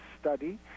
study